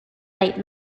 light